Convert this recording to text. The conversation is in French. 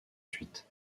ensuite